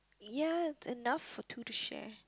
yes enough for two to share